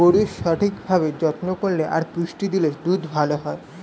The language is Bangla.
গরুর সঠিক ভাবে যত্ন করলে আর পুষ্টি দিলে দুধ ভালো হয়